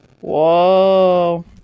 Whoa